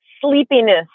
sleepiness